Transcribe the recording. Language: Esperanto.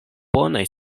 bonaj